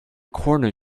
corner